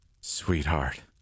sweetheart